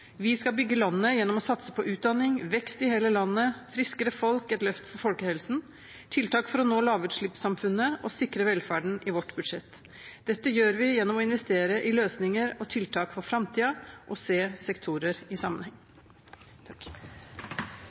Vi skal bygge landet gjennom å satse på utdanning, vekst i hele landet, friskere folk – et løft for folkehelsen – tiltak for å nå lavutslippssamfunnet og sikre velferden i vårt budsjett. Dette gjør vi gjennom å investere i løsninger og tiltak for framtiden og se sektorer i sammenheng.